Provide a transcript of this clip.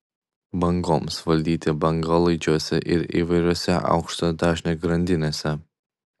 bangoms valdyti bangolaidžiuose ir įvairiose aukštojo dažnio grandinėse